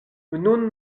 nun